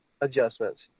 adjustments